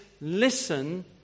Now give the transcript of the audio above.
listen